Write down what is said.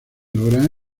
logra